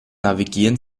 navigieren